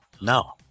no